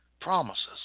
Promises